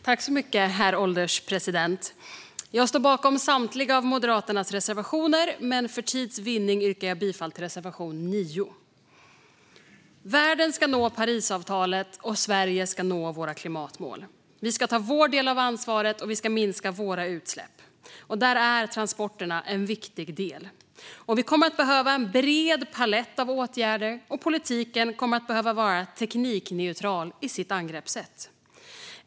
Herr ålderspresident! Jag står bakom samtliga Moderaternas reservationer, men för tids vinnande yrkar jag bifall endast till reservation 9. Världen ska nå Parisavtalet, och Sverige ska nå sina klimatmål. Vi i Sverige ska ta vår del av ansvaret och minska våra utsläpp. Där är transporterna en viktig del. Vi kommer att behöva en bred palett av åtgärder, och politiken kommer att behöva vara teknikneutral i sitt angreppssätt.